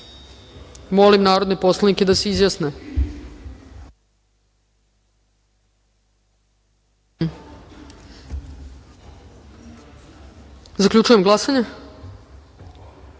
narodne poslanike da se izjasne. Zaključujem glasanje: